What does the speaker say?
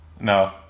no